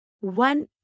One